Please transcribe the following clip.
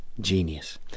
genius